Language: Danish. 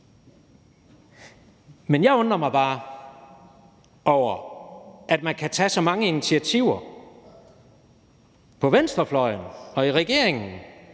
Men jeg undrer mig bare over, at man kan tage så mange initiativer på venstrefløjen og i regeringen